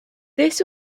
this